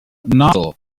naddo